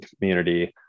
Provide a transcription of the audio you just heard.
community